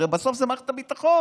הרי בסוף זו מערכת הביטחון,